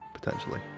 potentially